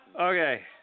Okay